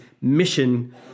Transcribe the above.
mission